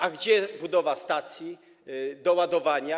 A gdzie budowa stacji ładowania?